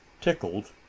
tickled